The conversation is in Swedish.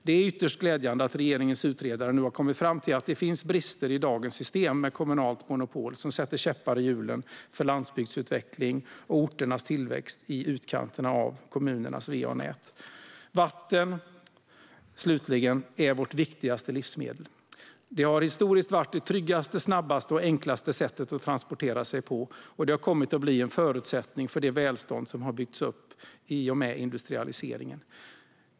Det är ytterst glädjande att regeringens utredare nu har kommit fram till att det finns brister i dagens system med kommunalt monopol som sätter käppar i hjulen för landsbygdsutveckling och orternas tillväxt i utkanterna av kommunernas va-nät. Slutligen: Vatten är vårt viktigaste livsmedel. Att färdas på vatten har historiskt varit det tryggaste, snabbaste och enklaste sättet att transportera sig på. Vatten har kommit att bli en förutsättning för det välstånd som byggts upp i och med industrialiseringen.